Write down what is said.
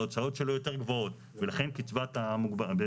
ההוצאות שלו יותר גבוהות ולכן קצבת הנכות